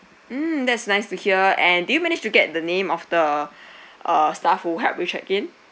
mm that's nice to hear and did you manage to get the name of the uh staff who helped you check in